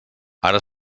ara